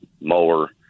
mower